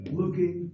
looking